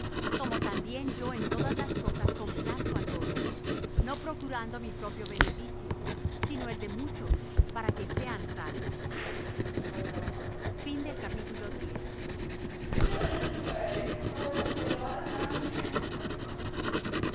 como también yo en todas las cosas complazco á todos no procurando mi propio beneficio sino el de muchos para que sean salvos sed